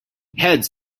heads